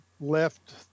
left